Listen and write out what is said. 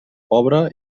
pobre